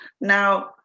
Now